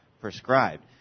prescribed